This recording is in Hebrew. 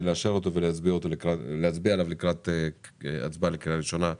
להצביע עליו לקראת קריאה ראשונה במליאה.